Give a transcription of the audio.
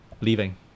Leaving